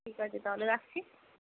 ঠিক আছে তাহলে রাখছি